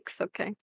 okay